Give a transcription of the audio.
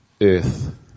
earth